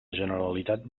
generalitat